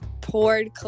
poured